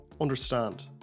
understand